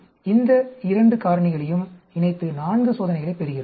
எனவே இந்த இரண்டு காரணிகளையும் இணைத்து நான்கு சோதனைகளைப் பெறுகிறோம்